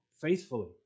faithfully